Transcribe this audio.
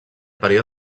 període